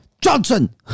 Johnson